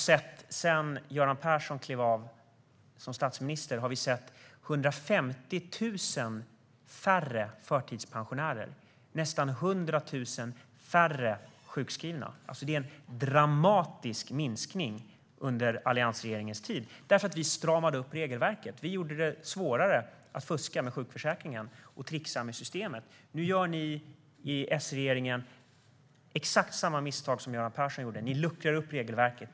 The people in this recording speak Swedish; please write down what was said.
Sedan Göran Persson klev av som statsminister har det blivit 150 000 färre förtidspensionärer och nästan 100 000 färre sjukskrivna. Det skedde en dramatisk minskning under alliansregeringens tid därför att vi stramade upp regelverket och gjorde det svårare att fuska med sjukförsäkringen och trixa med systemet. Nu gör ni i S-regeringen exakt samma misstag som Göran Persson gjorde. Ni luckrar upp regelverket.